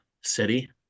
city